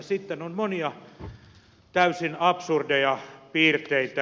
sitten on monia täysin absurdeja piirteitä